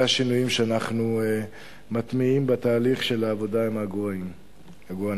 השינויים שאנחנו מטמיעים בתהליך של העבודה עם העגורנים.